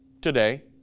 today